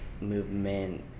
movement